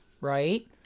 Right